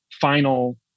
final